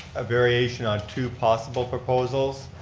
a variation on two possible proposals.